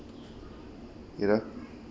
you know